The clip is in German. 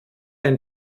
ein